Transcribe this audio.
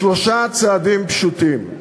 בשלושה צעדים פשוטים,